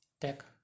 Tech